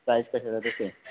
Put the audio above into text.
प्रायस कशे आसा तशे